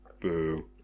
Boo